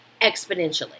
exponentially